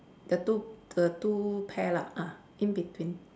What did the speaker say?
the two the two pair lah ah in between